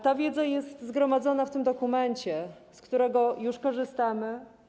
Ta wiedza jest zgromadzona w tym dokumencie, z którego już korzystamy.